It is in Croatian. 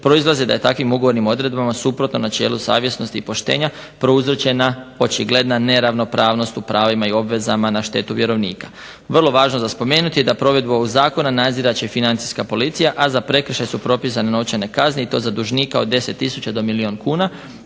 proizlaze da je takvim ugovornim odredbama suprotno načelu savjesnosti i poštenja prouzročena očigledna neravnopravnost u pravima i obvezama na štetu vjerovnika. Vrlo važno za spomenuti je da provedbu ovog zakona nadzirat će financijska policija, a za prekršaj su propisane novčane kazne i to za dužnike od 10 tisuća do milijun kuna